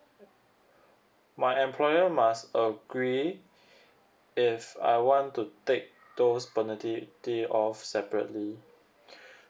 my employer must agree is I want to take those paternity off separately